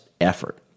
effort